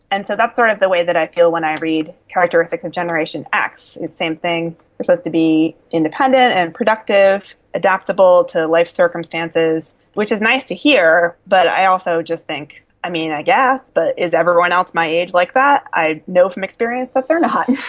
and so that's sort of the way that i feel when i read characteristics of generation x, it's the same thing, we're supposed to be independent and productive, adaptable to life circumstances. which is nice to hear, but i also just think i mean, i guess, but is everyone else my age like that? i know from experience that they're not.